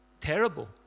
terrible